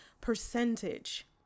percentage